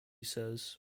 says